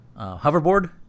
hoverboard